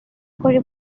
কৰিব